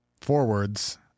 forwards